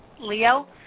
Leo